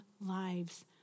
lives